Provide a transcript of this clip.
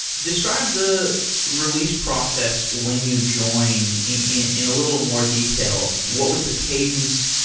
describe the release process when you joined, in in a little more detail. what was the cadence,